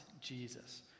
Jesus